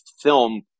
film